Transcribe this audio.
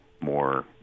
more